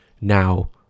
Now